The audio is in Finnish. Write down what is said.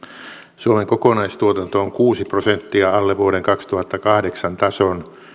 suomen kokonaistuotanto on kuusi prosenttia alle vuoden kaksituhattakahdeksan tason